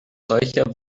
solche